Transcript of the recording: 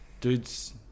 Dudes